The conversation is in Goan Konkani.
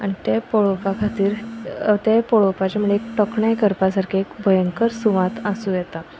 आनी तें पळोवपा खातीर तें पळोवपाचें म्हण एक तोखणाय करपा सारके एक भयंकर सुवात आसूं येता